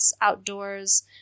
outdoors